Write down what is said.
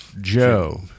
Joe